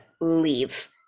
leave